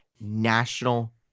national